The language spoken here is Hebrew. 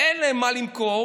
אין להם מה למכור,